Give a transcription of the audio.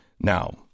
Now